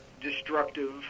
destructive